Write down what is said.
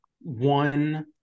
one